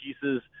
pieces